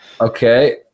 Okay